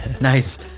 nice